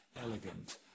elegant